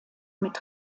mit